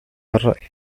الرأي